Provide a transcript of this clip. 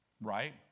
right